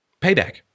payback